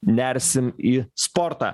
nersim į sportą